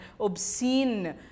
obscene